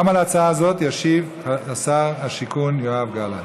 גם על ההצעה הזאת ישיב שר השיכון יואב גלנט.